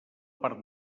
part